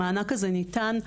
המענק הזה ניתן,